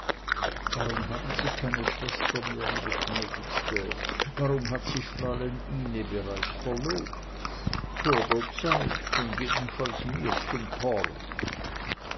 warum haben sie keine schwester mehr meine gnädigste warum hat sich fräulein ine bereits verlobt vor der zeit und jedenfalls mir zum tort